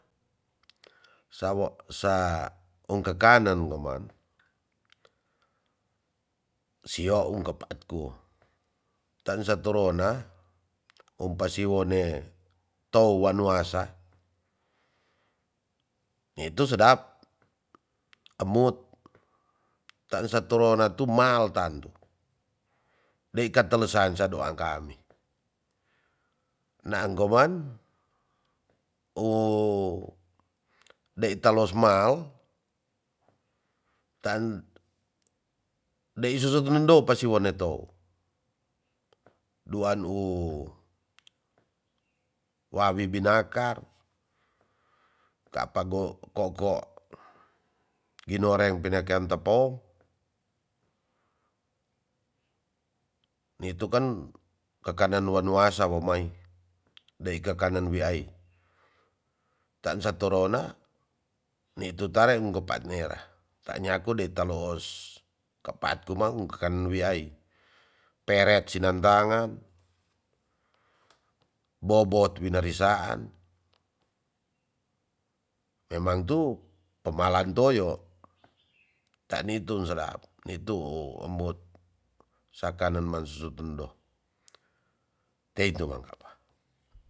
Sawok sa ung kekanen koman sio um kepat ku tansa torona umpa siwone tou wanwasa nitu sedap umut tansa torona tumaltan tu dei katole sansa doang kami naang koman u dei talos mal tan dei susut nendo pasiwa neto duan u wawi binakar kapa go koko inoreng pine ken tepo nitu kan kekanen wanua sa wo mai dei kekanen wiai tansa torona nitu tare ung kepat nera tanyaku de taloos kepat kuman kan wiai peret sinangdangan bobot winarisaan memang tu pemalan toyo tanitu sedap nitu embut sakanen ma sutendo teitu mang kapa,